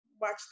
watch